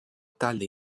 talde